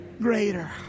Greater